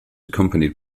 accompanied